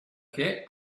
che